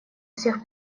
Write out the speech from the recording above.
всех